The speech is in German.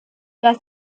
dass